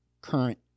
current